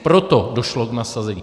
Proto došlo k nasazení.